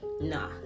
nah